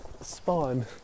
spawn